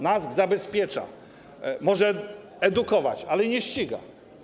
NASK zabezpiecza, NASK może edukować, ale nie ściga.